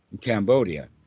Cambodia